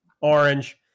Orange